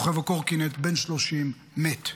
רוכב הקורקינט, בן 30, מת.